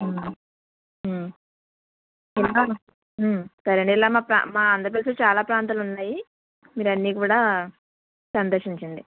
సరే ఇలా మా ప్రా మా ఆంధ్రప్రదేశ్లో చాలా ప్రాంతాలున్నాయి మీరు అన్నీ కూడా సందర్శించండి